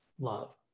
love